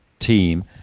team